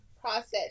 process